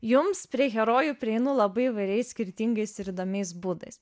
jums prie herojų prieinu labai įvairiais skirtingais ir įdomiais būdais